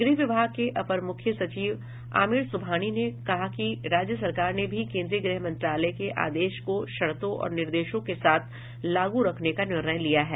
गृह विभाग के अपर मुख्य सचिव आमिर सुबहानी ने कहा है कि राज्य सरकार ने भी केंद्रीय गृह मंत्रालय के आदेश को शर्तों और निर्देशों के साथ लागू रखने का निर्णय लिया है